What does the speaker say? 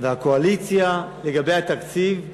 והקואליציה, לגבי התקציב,